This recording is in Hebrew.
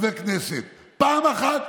פעם אחת.